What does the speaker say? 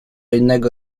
innego